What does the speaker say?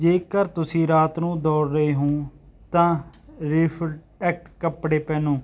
ਜੇਕਰ ਤੁਸੀਂ ਰਾਤ ਨੂੰ ਦੌੜ ਰਹੇ ਹੋ ਤਾਂ ਰਿਫਐਕਟ ਕੱਪੜੇ ਪਹਿਨੋ